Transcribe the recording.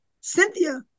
Cynthia